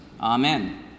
amen